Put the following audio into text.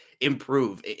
improve